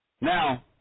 Now